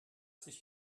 sich